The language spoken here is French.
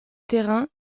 terrains